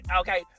Okay